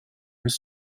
his